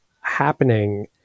happening